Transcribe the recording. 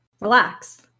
relax